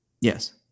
Yes